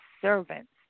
servants